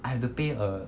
I have to pay a